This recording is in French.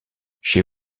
chez